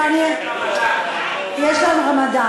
ואני, יש להם רמדאן.